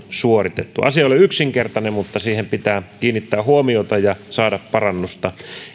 suoritettu asia ei ole yksinkertainen mutta siihen pitää kiinnittää huomiota ja saada parannusta